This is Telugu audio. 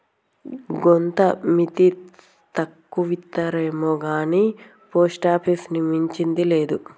గోంత మిత్తి తక్కువిత్తరేమొగాని పోస్టాపీసుని మించింది లేదు